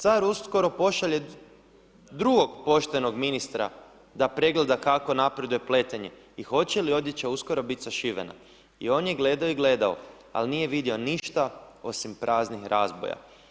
Car uskoro pošalje drugog poštenog ministra da pregleda kako napreduje pletenje i hoće li odjeća uskoro biti sašivena i on je gledao i gledao, ali nije vidio ništa osim praznih razboja.